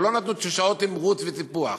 או לא נתנו שעות תמרוץ וטיפוח,